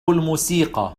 الموسيقى